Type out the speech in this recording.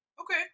Okay